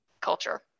culture